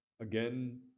Again